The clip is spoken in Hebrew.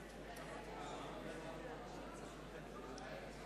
אנחנו ממשיכים את ההצבעות בעוד שתי דקות.